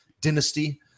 dynasty